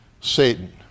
Satan